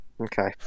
okay